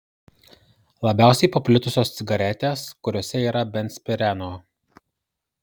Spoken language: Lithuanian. labiausiai paplitusios cigaretės kuriose yra benzpireno